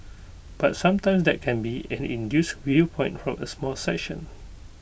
but sometimes that can be an induced viewpoint from A small section